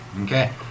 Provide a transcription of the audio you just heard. Okay